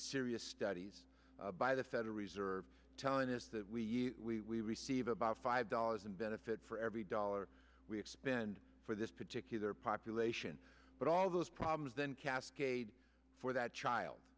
serious studies by the federal reserve telling us that we receive about five dollars in benefit for every dollar we expend for this particular population but all those problems then cascade for that child